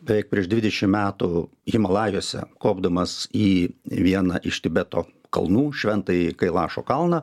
beveik prieš dvidešimt metų himalajuose kopdamas į vieną iš tibeto kalnų šventąjį kailašo kalną